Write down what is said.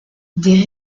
des